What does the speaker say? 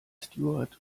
steward